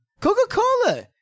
Coca-Cola